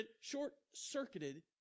short-circuited